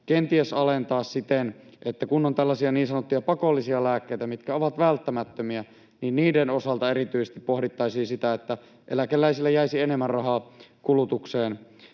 kenties alentaa siten, että kun on tällaisia niin sanottuja pakollisia lääkkeitä, mitkä ovat välttämättömiä, niin erityisesti niiden osalta pohdittaisiin sitä, että eläkeläisille jäisi enemmän rahaa kulutukseen.